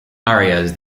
arias